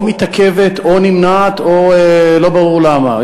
או מתעכבת או נמנעת או לא ברור למה,